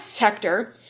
sector